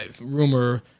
rumor